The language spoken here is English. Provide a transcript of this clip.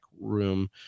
room